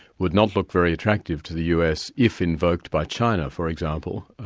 would not look very attractive to the us if invoked by china for example,